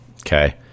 Okay